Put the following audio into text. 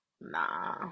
nah